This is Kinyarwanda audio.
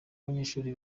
abanyeshuri